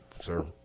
sir